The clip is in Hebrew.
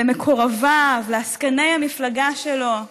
למקורביו, לעסקני המפלגה שלו,